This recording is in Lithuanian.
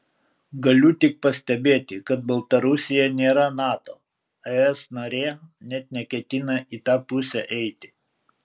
galiu tik pastebėti kad baltarusija nėra nato es narė net neketina į tą pusę eiti